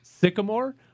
Sycamore